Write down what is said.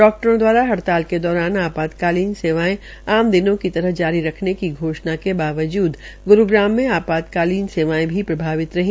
डाकटरों द्वारा हड़ताल के दौरान आपातकालीन सेवायें आम दिनों की तरह जारी रखने की घोषणा के बावजूद ग्रूग्राम में आपातकालीन सेवायें भी प्रभावित रहीं